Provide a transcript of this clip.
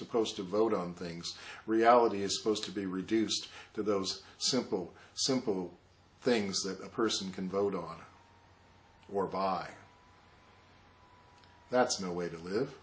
supposed to vote on things reality is supposed to be reduced to those simple simple things that a person can vote on or buy that's no way to live